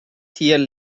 tiel